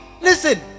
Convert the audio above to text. Listen